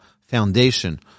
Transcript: foundation